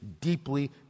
deeply